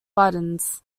buttons